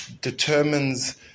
determines